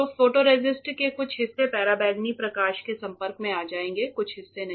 तो फोटोरेसिस्ट के कुछ हिस्से पराबैंगनी प्रकाश के संपर्क में आ जाएंगे कुछ हिस्से नहीं